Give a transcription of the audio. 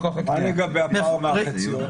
--- מה לגבי הפער מהחציון?